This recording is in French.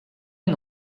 une